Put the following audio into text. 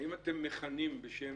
האם אתם מכנים בשם